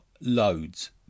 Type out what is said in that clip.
loads